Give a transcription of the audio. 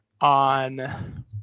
on